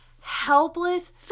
helpless